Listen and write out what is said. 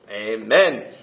Amen